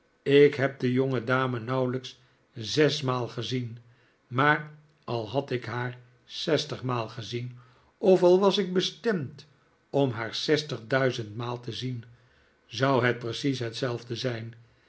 ik heb de jongedame nauwelijks zesmaal gezien maar al had ik haar zestigmaal gezien of al was ik bestemd om haar zestig duizendmaal te zien zou het precies hetzelfde zijn